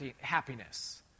happiness